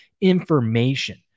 information